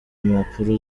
impapuro